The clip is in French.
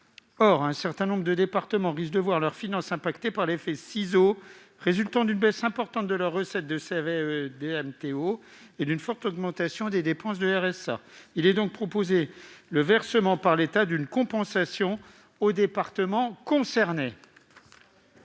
Or, un certain nombre de départements risquent de voir leurs finances affectées par l'effet ciseaux résultant d'une baisse importante de leurs recettes de CVAE et de DMTO et d'une forte augmentation des dépenses de RSA. Il est donc proposé le versement par l'État d'une compensation aux départements concernés.